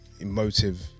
emotive